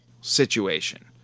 situation